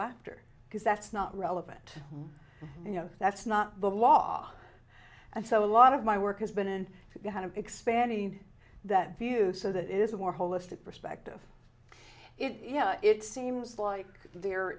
laughter because that's not relevant you know that's not the law and so a lot of my work has been in expanding that view so that is a more holistic perspective it it seems like there